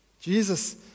Jesus